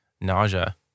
nausea